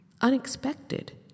unexpected